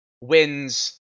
wins